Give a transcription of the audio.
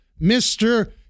Mr